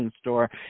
store